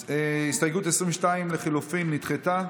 הסתייגות 22 לחלופין נדחתה.